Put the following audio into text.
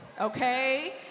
okay